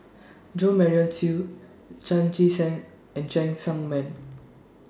Jo Marion Seow Chan Chee Seng and Cheng Tsang Man